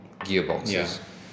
gearboxes